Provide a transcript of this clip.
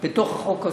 לא, בסדר,